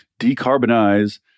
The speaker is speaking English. decarbonize